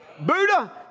Buddha